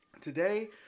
Today